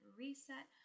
reset